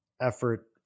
effort